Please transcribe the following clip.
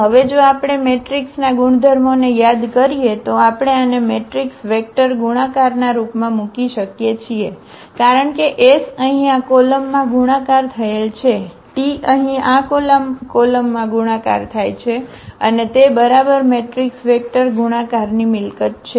અને હવે જો આપણે મેટ્રિક્સના ગુણધર્મોને યાદ કરીએ તો આપણે આને મેટ્રિક્સ વેક્ટર ગુણાકારના રૂપમાં મૂકી શકીએ છીએ કારણ કે s અહીં આ કોલમમાં ગુણાકાર થયેલ છે t અહીં આ કોલમમાં ગુણાકાર થાય છે અને તે બરાબર મેટ્રિક્સ વેક્ટર ગુણાકારની મિલકત છે